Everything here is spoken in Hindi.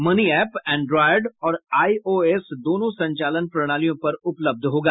मनी एप एन्ड्रायड और आईओएस दोनों संचालन प्रणालियों पर उपलब्ध होगा